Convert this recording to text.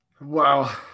Wow